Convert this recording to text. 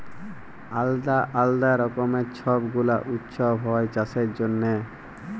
আলদা আলদা রকমের ছব গুলা উৎসব হ্যয় চাষের জনহে